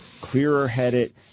clearer-headed